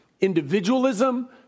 Individualism